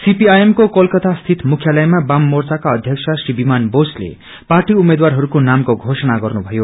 CPIM को कोलकाता स्थित मुख्यालयमा वाममोर्चाका अध्यक्ष श्री विमान बोसले पार्टी उम्मेद्वारहरूको नामको घोषणा गर्नुभयो